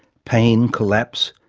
pain, collapse,